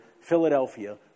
Philadelphia